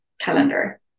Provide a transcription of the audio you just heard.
calendar